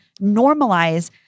normalize